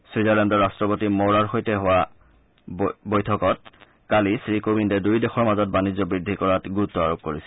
ছুইজাৰলেণ্ডৰ ৰাট্ৰপতি মৌৰাৰ সৈতে কালি হোৱা বৈঠকত শ্ৰীকোবিন্দে দুয়ো দেশৰ মাজত বাণিজ্য বৃদ্ধি কৰাত গুৰুত্ আৰোপ কৰিছিল